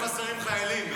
ולא היו חסרים חיילים.